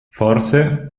forse